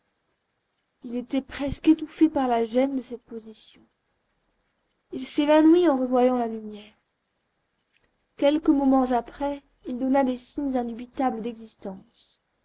il était presque étouffé par la gène de cette position il s'évanouit en revoyant la lumière quelques moments après il donna des signes indubitables d'existence